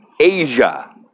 Asia